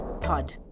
Pod